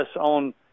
on